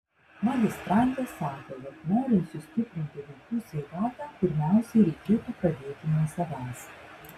magistrantė sako jog norint sustiprinti vaikų sveikatą pirmiausia reikėtų pradėti nuo savęs